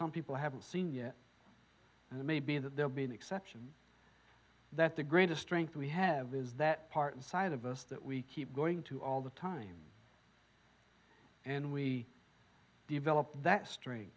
some people who haven't seen yet and it may be that they'll be an exception that the greatest strength we have is that part inside of us that we keep going to all the time and we develop that string